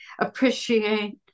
appreciate